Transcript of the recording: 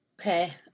Okay